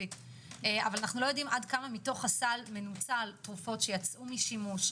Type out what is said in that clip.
אנחנו לא יודעים כמה מתוך הסל מנוצל תרופות שיצאו משימוש,